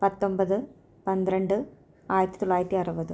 പത്തൊമ്പത് പന്ത്രണ്ട് ആയിരത്തി തൊള്ളായിരത്തി അറുപത്